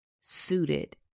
suited